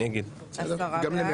עשרה בעד.